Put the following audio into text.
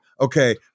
Okay